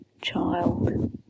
child